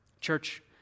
Church